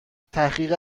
تحقق